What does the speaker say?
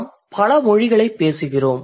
நாம் பல மொழிகளைப் பேசுகிறோம்